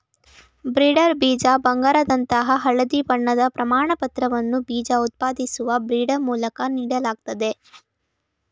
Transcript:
breeder ಬೀಜ ಬಂಗಾರದಂತಹ ಹಳದಿ ಬಣ್ಣದ ಪ್ರಮಾಣಪತ್ರವನ್ನ ಬೀಜ ಉತ್ಪಾದಿಸುವ ಬ್ರೀಡರ್ ಮೂಲಕ ನೀಡಲಾಗ್ತದೆ